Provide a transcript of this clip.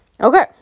okay